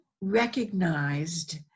recognized